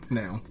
now